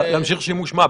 להמשיך שימוש מה?